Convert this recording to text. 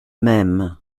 même